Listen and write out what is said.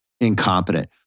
incompetent